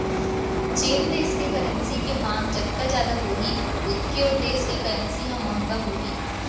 जेन देस के करेंसी के मांग जतका जादा होही ओतके ओ देस के करेंसी ह महंगा होही